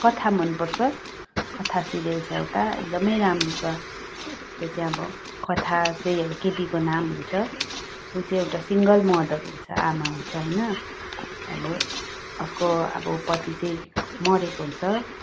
कथा मनपर्छ कथा सिरियल छ एउटा एकदमै राम्रो छ त्यो चाहिँ अब कथा चाहिँ अब केटीको नाम हुन्छ ऊ चाहिँ एउटा सिङ्गल मदर हुन्छ आमा हुन्छ होइन अब उसको अब पति चाहिँ मरेको हुन्छ